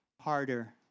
harder